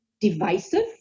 divisive